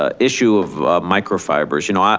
ah issue of microfibers. you know, ah